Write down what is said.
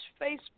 Facebook